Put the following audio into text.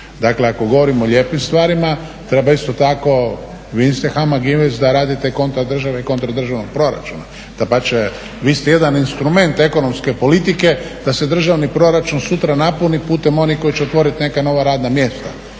Dakle ako govorimo o lijepim stvarima treba isto tako … HAMAG INVEST da radite kontra države i kontra državnog proračuna, dapače vi ste jedan instrument ekonomske politike da se državni proračun sutra napuni putem onih koji će otvoriti neka nova radna mjesta.